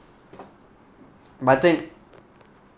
I think